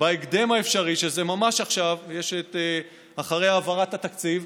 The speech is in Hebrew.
בהקדם האפשרי, שזה ממש עכשיו, אחרי העברת התקציב,